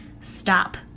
stop